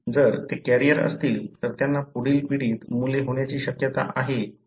जर ते कॅरियर असतील तर त्यांना पुढील पिढीत मुले होण्याची शक्यता आहे ज्याचा परिणाम होऊ शकतो